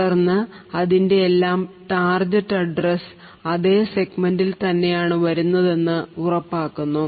തുടർന്ന് അതിൻറെ എല്ലാം ടാർജറ്റ് അഡ്രസ് അതേ സെഗ്മെന്റിൽ തന്നെയാണ് വരുന്നതെന്ന് ഉറപ്പാക്കുന്നു